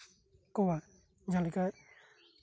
ᱠᱚᱣᱟ ᱡᱟᱦᱟᱸᱞᱮᱠᱟ